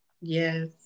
Yes